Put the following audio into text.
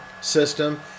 system